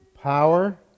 power